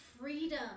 freedom